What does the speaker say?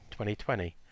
2020